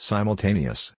Simultaneous